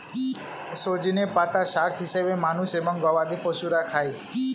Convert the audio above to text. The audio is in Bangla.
সজনে পাতা শাক হিসেবে মানুষ এবং গবাদি পশুরা খায়